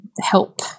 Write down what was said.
help